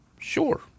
Sure